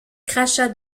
crachats